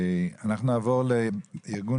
אנחנו נעבור לגב'